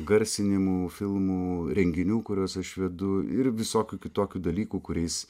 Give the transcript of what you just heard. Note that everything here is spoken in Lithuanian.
garsinimu filmų renginių kuriuos aš vedu ir visokių kitokių dalykų kuriais